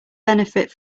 benefit